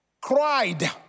cried